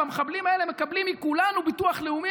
והמחבלים האלה מקבלים מכולנו ביטוח לאומי,